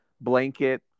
blanket